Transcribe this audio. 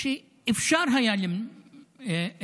שהיה אפשר למנוע: